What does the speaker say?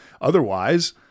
Otherwise